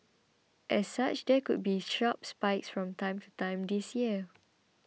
as such there could still be sharp spikes from time to time this year